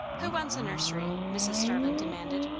who wants a nursery? mrs. starling demanded.